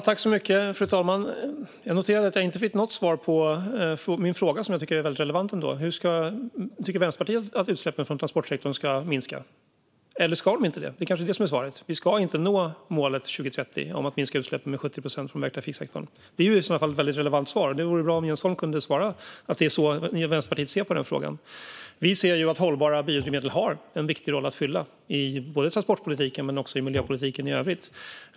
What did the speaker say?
Fru talman! Jag noterade att jag inte fick något svar på min fråga, som jag tycker är väldigt relevant ändå: Hur tycker Vänsterpartiet att utsläppen från transportsektorn ska minska? Eller ska de inte det? Det är kanske det som är svaret - vi ska inte nå målet till 2030 om att minska utsläppen från vägtrafiksektorn med 70 procent. Det är i så fall ett väldigt relevant svar, och det vore bra om Jens Holm kunde svara att det är så Vänsterpartiet ser på den frågan. Vi ser att hållbara biodrivmedel har en viktig roll att fylla både i transportpolitiken och i miljöpolitiken i övrigt.